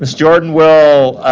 but jordan will